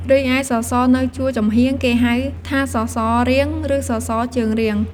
រីឯសសរនៅជួរចំហៀង គេហៅថាសសររៀង ឬសសរជើងរៀង។